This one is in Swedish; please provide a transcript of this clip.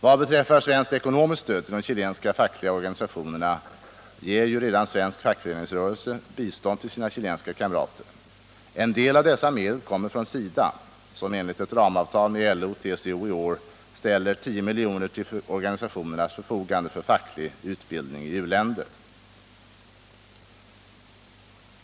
Vad beträffar svenskt ekonomiskt stöd till de chilenska fackliga organisationerna ger ju svensk fackföreningsrörelse redan bistånd till sina chilenska kamrater. En del av dessa medel kommer från SIDA, som enligt ett ramavtal med LO och TCO i år ställer 10 milj.kr. till organisationernas förfogande för facklig utbildning i u-länder.